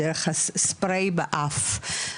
דרך ספריי באף,